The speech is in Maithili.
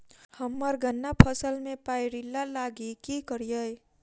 हम्मर गन्ना फसल मे पायरिल्ला लागि की करियै?